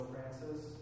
Francis